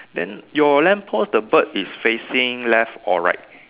then your lamppost the bird is facing left or right